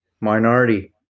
minority